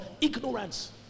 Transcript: Ignorance